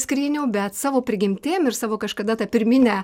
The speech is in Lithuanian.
skrynių bet savo prigimtim ir savo kažkada ta pirmine